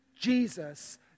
Jesus